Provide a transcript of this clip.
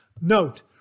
Note